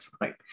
right